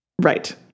Right